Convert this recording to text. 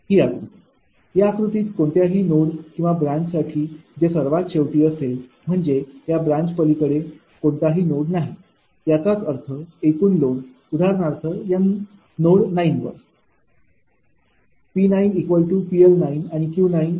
ही आकृती या आकृतीत कोणत्याही नोड किंवा ब्रांचसाठी जे सर्वात शेवटी असेल म्हणजे या ब्रांच पलीकडे कोणताही नोड नाही याचाच अर्थ एकूण लोड उदाहरणार्थ या नोड 9 वर 𝑃𝑃𝐿 आणि 𝑄𝑄𝐿 आहे